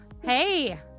hey